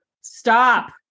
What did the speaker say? stop